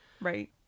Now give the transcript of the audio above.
Right